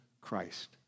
Christ